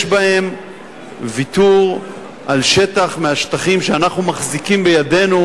בהם ויתור על שטח מהשטחים שאנחנו מחזיקים בידינו,